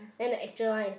then the actual one is like